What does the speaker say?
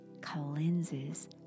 cleanses